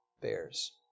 bears